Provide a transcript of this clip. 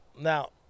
Now